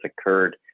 occurred